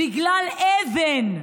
בגלל אבן.